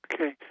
Okay